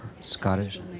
Scottish